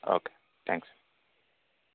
okay thanks